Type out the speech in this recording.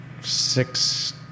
six